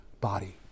body